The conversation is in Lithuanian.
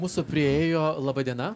mūsų priėjo laba diena